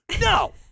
No